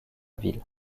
ville